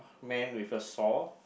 man with a saw